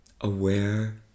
Aware